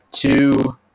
two